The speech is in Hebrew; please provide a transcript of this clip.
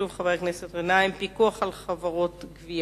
שוב של חבר הכנסת גנאים: פיקוח על חברות הגבייה.